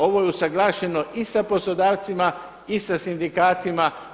Ovo je usuglašeno i sa poslodavcima i sa sindikatima.